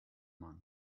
month